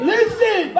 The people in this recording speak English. Listen